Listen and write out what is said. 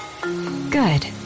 Good